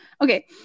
Okay